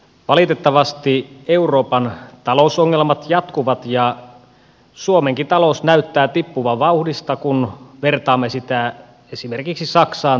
valitettavasti euroopan talousongelmat jatkuvat ja suomenkin talous näyttää tippuvan vauhdista kun vertaamme sitä esimerkiksi saksaan tai ruotsiin